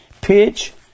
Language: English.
Pitch